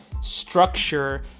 structure